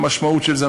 כשהמשמעות של זה,